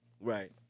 right